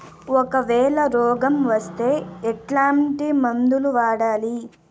ఒకవేల రోగం వస్తే ఎట్లాంటి మందులు వాడాలి?